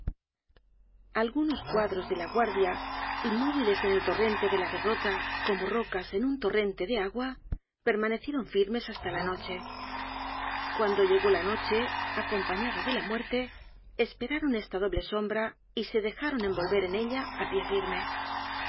algunos cuadros de la guardia inmóviles en el torrente de la derrota como rocas en un torrente de agua permanecieron firmes hasta la noche cuando llegó la noche acompañada de la muerte esperaron esta doble sombra y se dejaron envolver en ella á pie firme